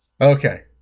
Okay